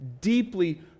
deeply